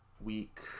week